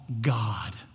God